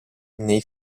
nei